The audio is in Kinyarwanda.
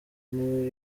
niwe